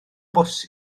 bws